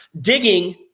digging